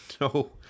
no